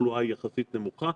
התחלואה יחסית היא נמוכה,